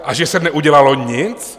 A že se neudělalo nic?